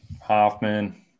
Hoffman